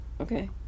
Okay